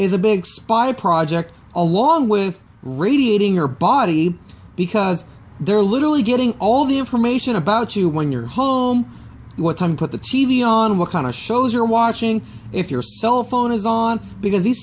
is a big spider project along with radiating your body because they're literally getting all the information about you when you're home what time put the t v on what kind of shows you're watching if your cell phone is on because the